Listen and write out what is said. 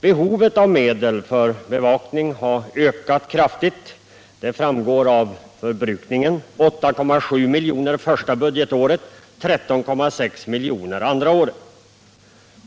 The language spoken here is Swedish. Behovet av medel för bevakning har ökat kraftigt; det framgår av förbrukningen: 8,7 milj.kr. första budgetåret och 13,6 milj.kr. andra budgetåret.